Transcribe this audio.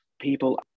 people